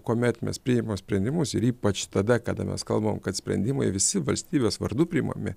kuomet mes priimam sprendimus ir ypač tada kada mes kalbam kad sprendimai visi valstybės vardu priimami